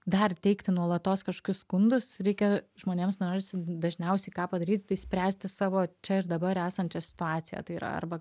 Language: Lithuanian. dar teikti nuolatos kažkokius skundus reikia žmonėms norisi dažniausiai ką padaryt tai spręsti savo čia ir dabar esančią situaciją tai yra arba